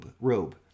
robe